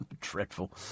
Dreadful